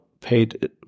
paid